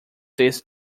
this